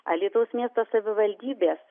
alytaus miesto savivaldybės